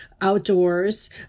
outdoors